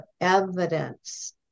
evidence